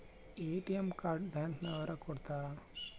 ATM card bank ನವರು ಕೊಡ್ತಾರ